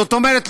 זאת אומרת,